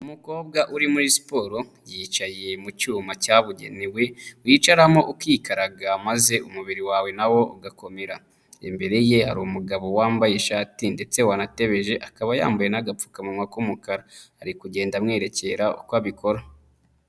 Umukobwa uri muri siporo yicaye mu cyuma cyabugenewe, wicaramo ukikaraga maze umubiri wawe na wo ugakomera. Imbere ye hari umugabo wambaye ishati ndetse wanatebeje akaba yambaye n'agapfukamuwa k'umukara. Ari kugenda amwerekera uko abikora.